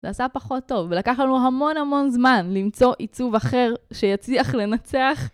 זה עשה פחות טוב, ולקח לנו המון המון זמן למצוא עיצוב אחר שיצליח לנצח.